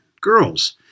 girls